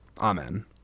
Amen